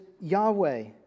Yahweh